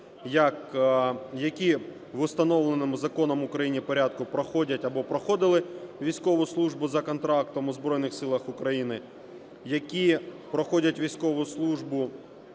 які в установленому законом України порядку проходять або проходили військову службу за контрактом у Збройних Силах України, які проходять військову службу